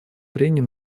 прений